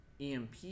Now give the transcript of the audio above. EMP